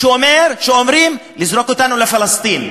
אומרים לזרוק אותנו לפלסטין,